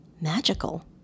magical